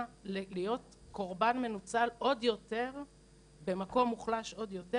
להיות קורבן מנוצל עוד יותר במקום מוחלש עוד יותר,